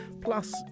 Plus